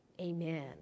amen